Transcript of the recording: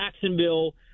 Jacksonville